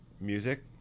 music